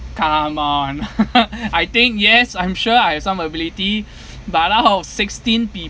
come on I think yes I'm sure I have some ability but out of sixteen pe~